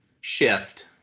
shift